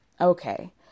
Okay